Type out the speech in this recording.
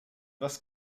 was